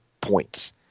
points